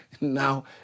Now